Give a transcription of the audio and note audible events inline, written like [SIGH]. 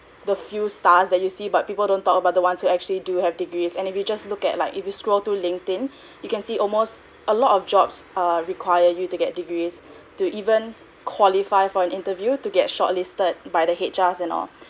the few stars that you see but people don't talk about the one to actually do have degrees and if you just look at like if you scroll through linkedin [BREATH] you can see almost a lot of jobs are require you to get degrees to even qualify for an interview to get shortlisted by the H_Rs and all